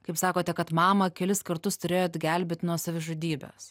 kaip sakote kad mamą kelis kartus turėjot gelbėt nuo savižudybės